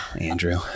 Andrew